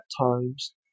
times